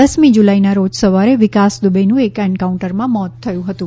દસમી જુલાઇના રોજ સવારે વિકાસ દુબેનું એક એન્કાઉન્ટરમાં મોત થયું હતું